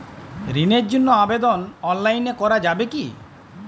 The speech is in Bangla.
ঋণের জন্য আবেদন অনলাইনে করা যাবে কি?